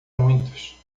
muitos